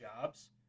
jobs